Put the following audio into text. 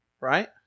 right